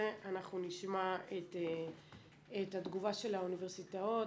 אנחנו נשמע את התגובה של האוניברסיטאות/מכללות.